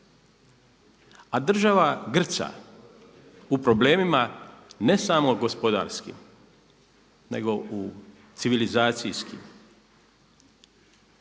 a država grca u problemima ne samo gospodarskim nego u civilizacijskim.